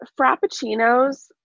Frappuccinos